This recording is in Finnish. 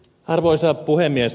arvoisa puhemies